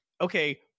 okay